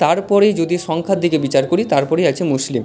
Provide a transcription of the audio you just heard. তারপরেই যদি সংখ্যার দিকে বিচার করি তারপরেই আছে মুসলিম